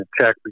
check